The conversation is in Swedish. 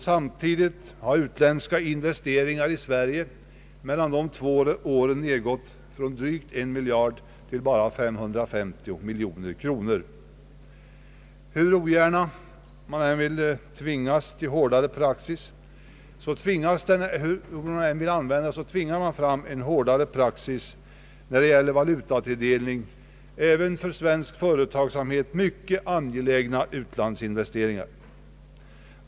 Samtidigt har utländska investeringar i Sverige mellan de två åren nedgått från drygt en miljard kronor till bara 550 miljoner kronor. Hur ogärna man än vill det så tvingar man fram en hårdare praxis när det gäller valutatilldelning till även för svensk företagsamhet mycket angelägna utlandsinvesteringar.